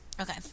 Okay